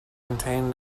contain